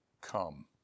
Come